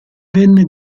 venne